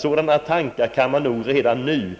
Sådana tankar kan nog skrinläggas redan nu,